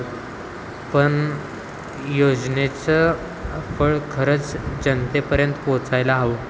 पण योजनेचं फळ खरंच जनतेपर्यंत पोचायला हवं